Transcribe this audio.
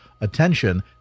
attention